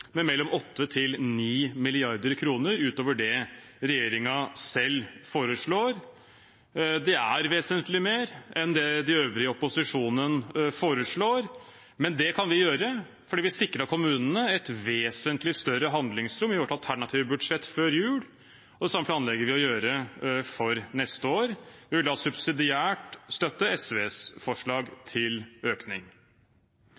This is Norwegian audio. med mellom 8 mrd. kr og 9 mrd. kr ut over det regjeringen selv foreslår. Det er vesentlig mer enn det de øvrige i opposisjonen foreslår. Men det kan vi gjøre fordi vi sikret kommunene et vesentlig større handlingsrom i vårt alternative budsjett før jul, og det samme planlegger vi å gjøre for neste år. Vi vil subsidiært støtte SVs forslag